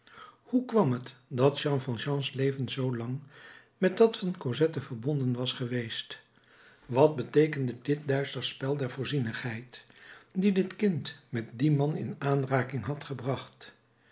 hoe kwam het dat jean valjeans leven zoo lang met dat van cosette verbonden was geweest wat beteekende dit duister spel der voorzienigheid die dit kind met dien man in aanraking had gebracht